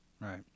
Right